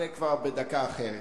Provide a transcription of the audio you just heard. זה כבר בדקה אחרת.